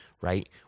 right